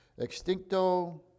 Extincto